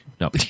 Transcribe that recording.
No